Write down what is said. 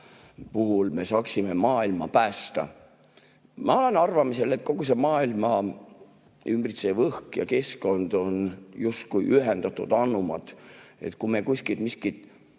puhul ikka suudame maailma päästa. Ma olen arvamusel, et kogu see maailma ümbritsev õhk ja keskkond on justkui ühendatud anumad. Kui me kuskil miskit